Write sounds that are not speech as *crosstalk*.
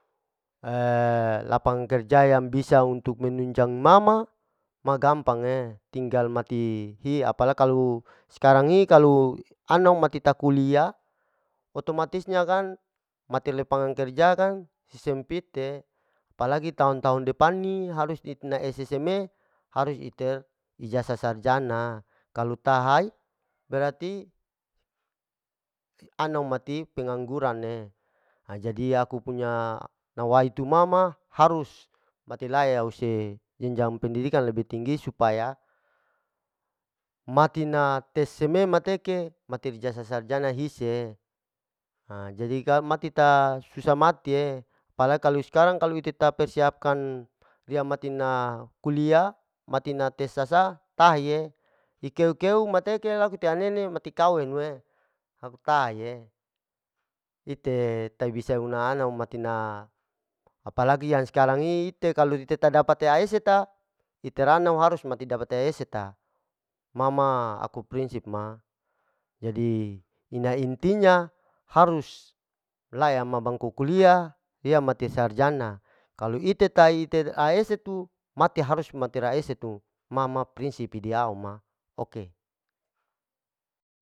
*hesitation* lapangan kerja yang bisa untuk menunjang ma ma, ma gampange, tinggal mati hi apalai kalu skarang i, kalu ana mati tak kulia otomatisnya kan mate lapangan kerja kang su sempit'e, apa lagi tahun-tahun depan ni harus itna eses seme, harus iter ijasah sarjana kalu tahai, berarti anau mati pengangguran'e, ha jadi aku punya nawaitu ma ma harus mater lai au se jenjang pendidikan lebih tinggi supaya, matina tes seme mateke matir ijasah sarjana hise'e, *hesitation* jaji kam mati ta susa mati'e, apa lai kalu skarang kalu ite ta persiapakan riya matina kulia, mati na tes sasa taha'e, ikeu keu mateke laku tehanene mati kawinu'e, laku taha'e, ite tahe bisa una ana um matina apa lagi yang sekarang. i ite kalu ite tadapat tea eseta, ite rana harus dapat mati tea ese ta, ma ma aku prinsip ma jadi ina intinya harus lea ma bangku kulia pea mati sarjana, kalu ite tahi iter aesi tu. mati harus mater raese tu, ma ma prisip ide au ma, oke.